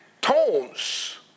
tones